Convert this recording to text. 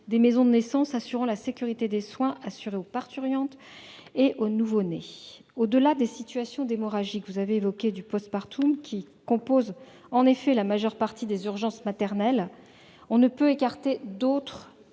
des maisons de naissance assurant la sécurité des soins dispensés aux parturientes et aux nouveau-nés. Au-delà des situations d'hémorragie du que vous avez évoquées et qui composent la majeure partie des urgences maternelles, on ne peut écarter d'autres